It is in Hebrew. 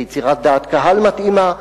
ביצירת דעת קהל מתאימה,